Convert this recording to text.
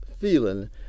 feeling